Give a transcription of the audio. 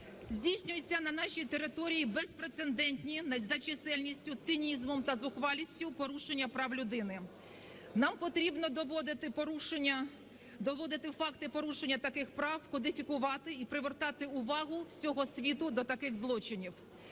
здійснюються на нашій території безпрецедентні за чисельністю, цинізмом та зухвалістю порушення прав людини. Нам потрібно доводити факти порушення таких прав, кодифікувати і привертати увагу всього світу до таких злочинів.